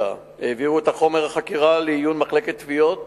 העבירו את חומר החקירה לעיון מחלקת תביעות